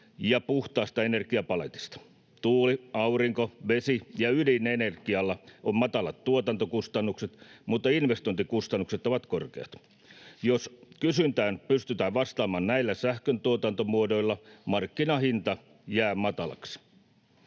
ja puhtaasta energiapaletista. Tuuli-, aurinko-, vesi- ja ydinenergialla on matalat tuotantokustannukset, mutta investointikustannukset ovat korkeat. Jos kysyntään pystytään vastaamaan näillä sähköntuotantomuodoilla, markkinahinta jää matalaksi.